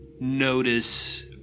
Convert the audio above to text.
notice